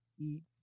eat